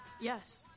Yes